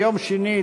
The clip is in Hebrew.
ביום שני,